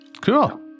Cool